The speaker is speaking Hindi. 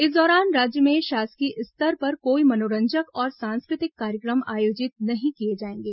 इस दौरान राज्य में शासकीय स्तर पर कोई मनोरंजक और सांस्कृतिक कार्यक्रम आयोजित नहीं किए जाएंगे